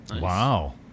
Wow